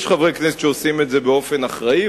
יש חברי כנסת שעושים את זה באופן אחראי,